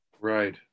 Right